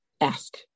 ask